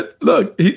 look